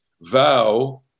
vow